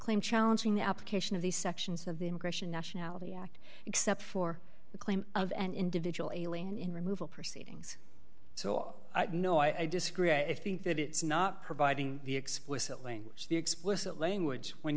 claim challenging the application of these sections of the immigration nationality act except for the claim of an individual alien in removal proceedings so i know i disagree i think that it's not providing the explicit language the explicit language when